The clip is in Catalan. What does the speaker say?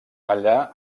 allà